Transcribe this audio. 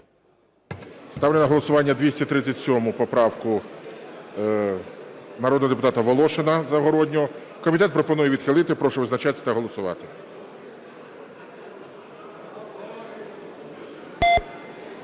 Ставлю на голосування 239 поправку народного депутата Волошина і Загороднього. Комітет пропонує відхилити. Прошу визначатись та голосувати.